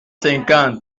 cinquante